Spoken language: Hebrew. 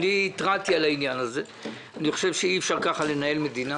אני חושב שאי אפשר לנהל ככה מדינה,